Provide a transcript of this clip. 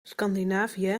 scandinavië